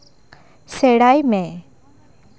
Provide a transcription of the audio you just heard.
ᱥᱮᱸᱬᱟᱭ ᱢᱮ